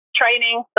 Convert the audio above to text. training